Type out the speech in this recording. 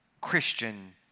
Christian